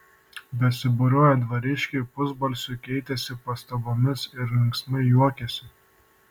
besibūriuoją dvariškiai pusbalsiu keitėsi pastabomis ir linksmai juokėsi